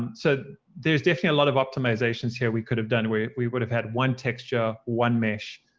and so there's definitely a lot of optimizations here we could have done. we we would have had one texture, one mesh,